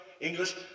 English